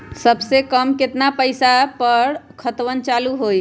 सबसे कम केतना पईसा पर खतवन चालु होई?